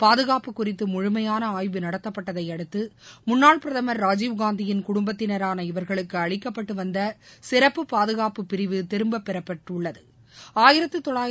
பாதுகாப்பு குறித்தமுழுமையானஆய்வு நடத்தப்பட்டதைஅடுத்தமுன்னாள் பிரதம் ராஜுவ் காந்தியின் குடும்பத்தினரான இவர்களுக்குஅளிக்கப்பட்டுவந்தசிறப்பு பாதுகாப்பு பிரிவு திரும்பப் பெறப்பட்டுள்ளது